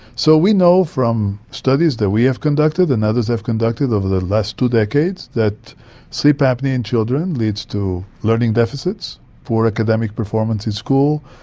so we know from studies that we have conducted and others have conducted over the last two decades that sleep apnoea in children leads to learning deficits, poor academic performance in school,